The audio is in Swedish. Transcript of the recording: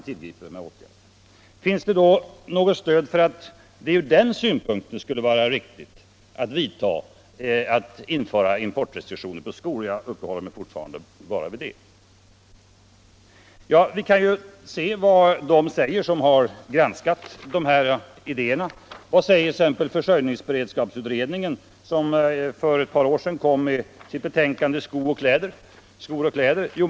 Finns det då något stöd för att det ur den synpunkten skulle vara riktigt att införa importrestriktioner på skor? Jag uppehåller mig fortfarande bara vid detta. Vi kan ju se vad de säger som har granskat dessa idéer. Vad säger t.ex. försörjningsberedskapsutredningen, som för ett par år sedan kom med sitt betänkande Skor och kläder?